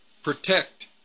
protect